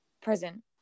present